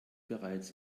bereits